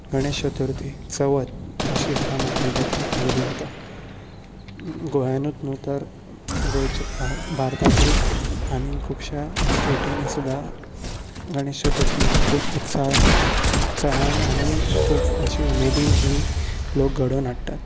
गणेश चतुर्थी चवथ अशी सुद्दां म्हणटली जाता गेली जाता गोंयानूच न्हू तर गोंयच्या भारतातील आनी खुबशा स्टेटिनी सुद्दा गणेश चतुर्थी ही खूब उत्सवान आनी खूब अशी उमेदीन ही लोक घडोवन हाडटात